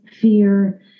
fear